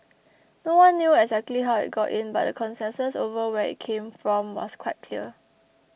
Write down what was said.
no one knew exactly how it got in but the consensus over where it came from was quite clear